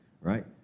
right